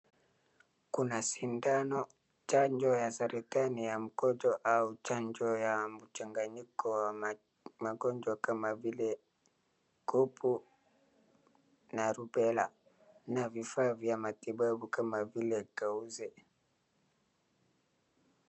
Kuna sindani, chanjo ya saratani ya mtoto au chanjo ya mchanganyiko wa magonjwa kama vile kopu, na rubella, na vifaa vya matibabu kama vile tauze.